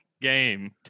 game